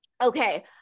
okay